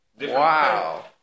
Wow